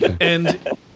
And-